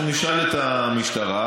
אנחנו נשאל את המשטרה,